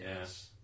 yes